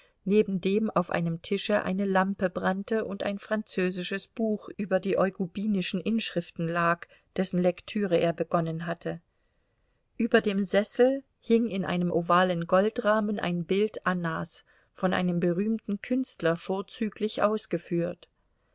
neben dem auf einem tische eine lampe brannte und ein französisches buch über die eugubinischen inschriften lag dessen lektüre er begonnen hatte über dem sessel hing in einem ovalen goldrahmen ein bild annas von einem berühmten künstler vorzüglich ausgeführt